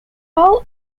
hall